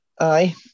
Aye